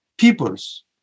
peoples